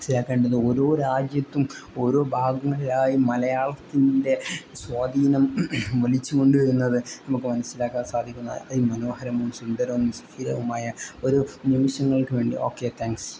മനസ്സിലാക്കേണ്ടത് ഓരോ രാജ്യത്തും ഓരോ ഭാഗങ്ങളിലായി മലയാളത്തിൻ്റെ സ്വാധീനം കൊണ്ടുവരുന്നത് നമുക്ക് മനസ്സിലാക്കാൻ സാധിക്കുന്ന അതിമനോഹരവും സുന്ദരവും സുസ്ഥിരവുമായ ഒരു നിമിഷങ്ങൾക്ക് വേണ്ടി ഓക്കെ താങ്ക്സ്